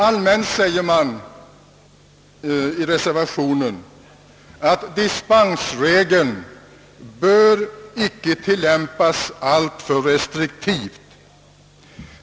Allmänt säger man i reservationen att dispensregeln icke bör tillämpas alltför restriktivt.